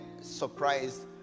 surprised